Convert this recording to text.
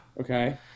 Okay